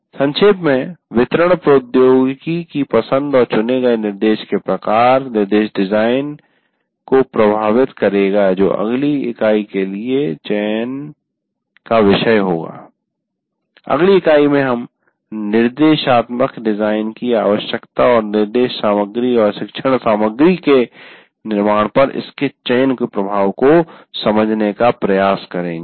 संक्षेप में वितरण प्रौद्योगिकी की पसंद और चुने गए निर्देश के प्रकार निर्देश डिजाइन को प्रभावित करेगा जो अगली इकाई के लिए विषय होगा अगली इकाई में हम निर्देशात्मक डिजाइन की आवश्यकता और निर्देश सामग्री और शिक्षण सामग्री के विकासनिर्माण पर इसके चयन के प्रभाव को समझने का प्रयास करेंगे